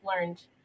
learned